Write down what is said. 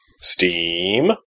Steam